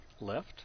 left